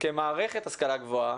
כמערכת השכלה גבוהה,